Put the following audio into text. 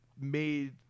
made